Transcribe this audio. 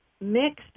mixed